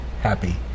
happy